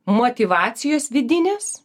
motyvacijos vidinės